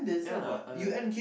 ya I I